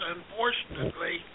Unfortunately